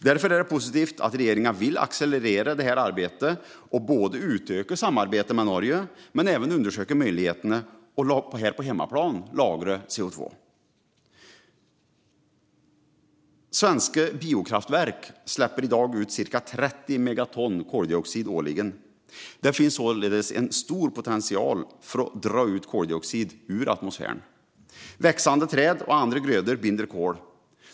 Därför är det positivt att regeringen vill accelerera arbetet, utöka samarbetet med Norge och undersöka möjligheterna att även på hemmaplan lagra CO2. Svenska biokraftverk släpper i dag ut cirka 30 megaton koldioxid årligen. Det finns således stor potential att dra ut koldioxid ur atmosfären. Växande träd och andra grödor binder kol.